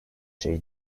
şey